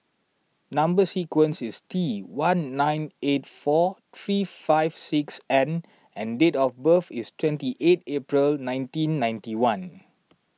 Number Sequence is T one nine eight four three five six N and date of birth is twenty eight April nineteen ninety one